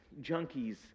junkies